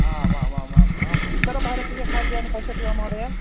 आम् आम् आम् आम् उत्तरभारतीयखाद्यानि पश्यति वा महोदय